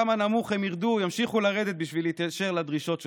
כמה נמוך הם ימשיכו לרדת בשביל להתיישר לדרישות שלך.